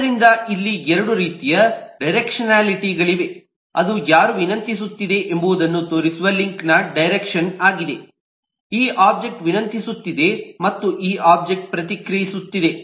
ಆದ್ದರಿಂದ ಇಲ್ಲಿ ಎರಡು ರೀತಿಯ ಡೈರೆಕ್ಷನಾಲಿಟಿಗಳಿವೆ ಅದು ಯಾರು ವಿನಂತಿಸುತ್ತಿದೆ ಎಂಬುದನ್ನು ತೋರಿಸುವ ಲಿಂಕ್ನ ಡೈರೆಕ್ಷನ್ ಆಗಿದೆ ಈ ಒಬ್ಜೆಕ್ಟ್ ವಿನಂತಿಸುತ್ತಿದೆ ಮತ್ತು ಈ ಒಬ್ಜೆಕ್ಟ್ ಪ್ರತಿಕ್ರಿಯಿಸುತ್ತಿದೆ